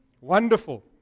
Wonderful